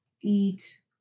eat